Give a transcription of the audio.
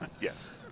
Yes